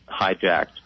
hijacked